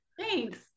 thanks